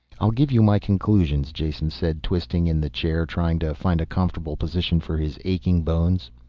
i'll give you my conclusions, jason said, twisting in the chair, trying to find a comfortable position for his aching bones.